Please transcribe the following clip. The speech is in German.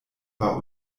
war